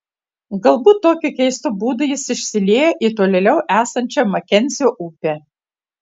galbūt tokiu keistu būdu jis išsilieja į tolėliau esančią makenzio upę